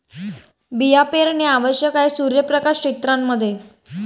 बिया पेरणे आवश्यक आहे सूर्यप्रकाश क्षेत्रां मध्ये